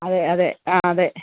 അതെ അതെ ആ അതെ